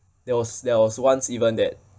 there was there was once even that